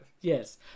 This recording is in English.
Yes